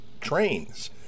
trains